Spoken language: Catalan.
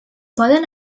poden